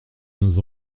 nos